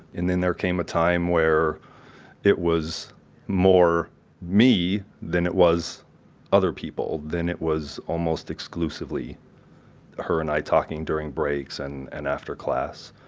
and then there came a time where it was more me than it was other people. then it was almost exclusively her and i talking during breaks and and after class.